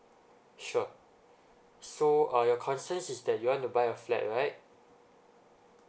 sure so uh your concerns is that you want to buy a flat right